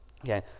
Okay